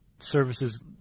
services